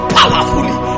powerfully